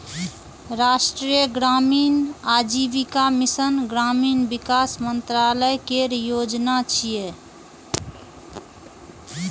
राष्ट्रीय ग्रामीण आजीविका मिशन ग्रामीण विकास मंत्रालय केर योजना छियै